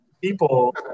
People